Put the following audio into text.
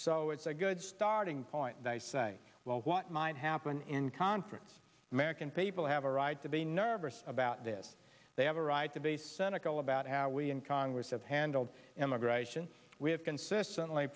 so it's a good starting point and i say well what might happen in conference american people have a right to be nervous about this they have a right to base cynical about how we in congress have handled immigration we have consistently